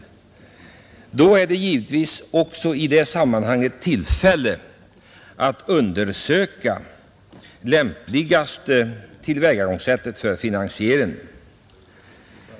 I detta sammanhang får man självfallet också tillfälle att undersöka det lämpligaste tillvägagångssättet för finansieringen.